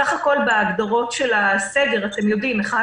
בסך הכול בהגדרות של הסגר, אתם יודעים, אחד